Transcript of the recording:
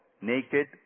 naked